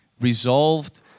resolved